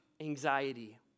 anxiety